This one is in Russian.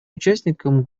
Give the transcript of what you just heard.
участникам